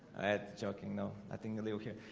at joking. no, i think they okay.